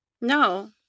No